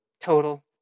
Total